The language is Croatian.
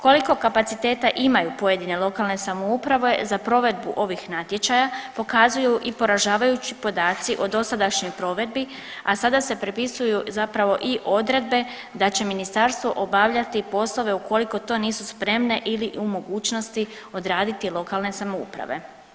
Koliko kapaciteta imaju pojedine lokalne samouprave za provedbu ovih natječaja pokazuju i poražavajući podaci o dosadašnjoj provedbi, a sada se propisuju zapravo i odredbe da će ministarstvo obavljati i poslove ukoliko to nisu spremne ili u mogućnosti odraditi lokalne samouprave.